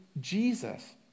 Jesus